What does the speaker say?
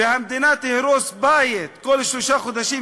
והמדינה תהרוס בית כל שלושה חודשים,